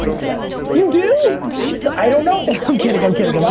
yes. you do? i think i don't know. i'm kidding, i'm kidding.